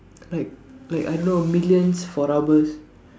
like like I don't know million for rubbers